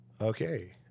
Okay